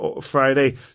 Friday